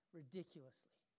ridiculously